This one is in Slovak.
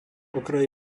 okraj